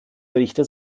berichte